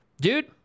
Dude